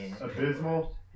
abysmal